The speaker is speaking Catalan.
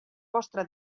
vostre